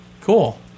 cool